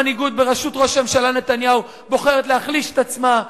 המנהיגות בראשות ראש הממשלה נתניהו בוחרת להחליש את עצמה,